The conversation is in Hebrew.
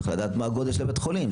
צריך לדעת מה גודל בית החולים.